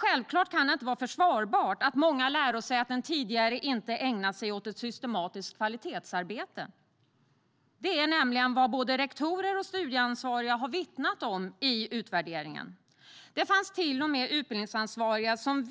Självklart är det inte försvarbart att många lärosäten tidigare inte ägnade sig åt ett systematiskt kvalitetsarbete. Det är nämligen vad både rektorer och studieansvariga vittnar om i utvärderingen. Det fanns till och med utbildningsansvariga som